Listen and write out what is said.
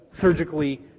Surgically